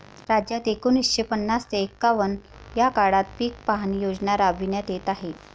राज्यात एकोणीसशे पन्नास ते एकवन्न या काळात पीक पाहणी योजना राबविण्यात येत आहे